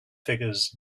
figures